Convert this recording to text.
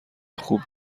خوب